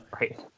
Right